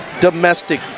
domestic